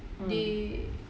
mm